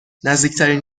نزدیکترین